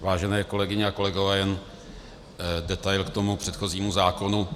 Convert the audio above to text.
Vážené kolegyně a kolegové, jenom detail k předchozímu zákonu.